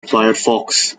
firefox